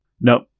Nope